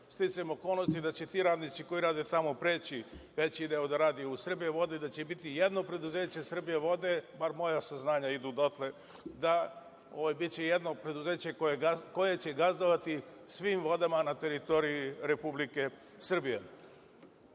Sticajem okolnosti, da će ti radnici koji rade tamo, veći deo, preći da radi u „Srbijavode“ i da će biti jedno preduzeće „Srbijavode“, bar moja saznanja idu dotle da će biti jedno preduzeće, koje će gazdovati svim vodama na teritoriji Republike Srbije. Kad